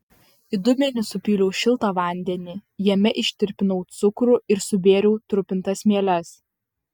į dubenį supyliau šiltą vandenį jame ištirpinau cukrų ir subėriau trupintas mieles